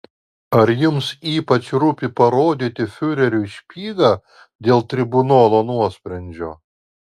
ar jums ypač rūpi parodyti fiureriui špygą dėl tribunolo nuosprendžio